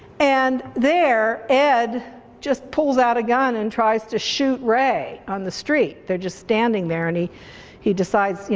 and there ed just pulls out a gun and tries to shoot ray on the street. they're just standing there and he he decides, you